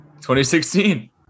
2016